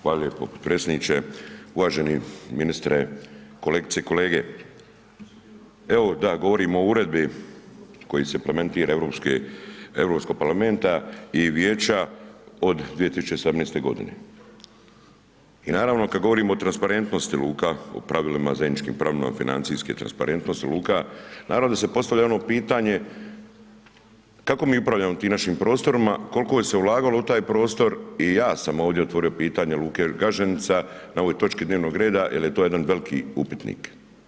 Hvala lijepo predsjedniče, uvaženi ministre, kolegice i kolege, evo da govorimo o uredbi kojom se implementira europske, Europskog parlamenta i Vijeća od 2017. godine i naravno kad govorimo o transparentnosti luka o pravilima, zajedničkim pravilima financijske transparentnosti luka, naravno da se postavlja ono pitanje, kako mi upravljamo tim našim prostorima, kolko se ulagalo u taj prostor i ja sam ovdje otvorio pitanje luke Gaženica na ovoj točki dnevnog reda jer je to jedan veliki upitnik.